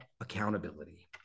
accountability